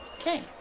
Okay